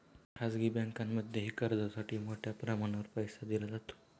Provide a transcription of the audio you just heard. खाजगी बँकांमध्येही कर्जासाठी मोठ्या प्रमाणावर पैसा दिला जातो